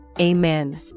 Amen